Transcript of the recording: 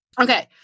Okay